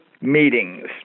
meetings